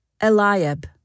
Eliab